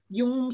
yung